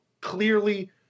clearly